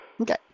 Okay